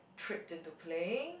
tricked into playing